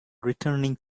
returning